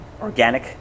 organic